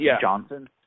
Johnson